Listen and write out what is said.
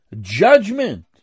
judgment